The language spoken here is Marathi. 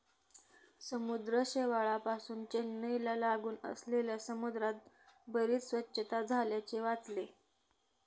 समुद्र शेवाळापासुन चेन्नईला लागून असलेल्या समुद्रात बरीच स्वच्छता झाल्याचे वाचले